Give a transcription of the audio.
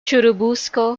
churubusco